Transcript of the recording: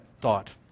thought